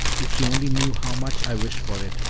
if she only knew how much i wish for it,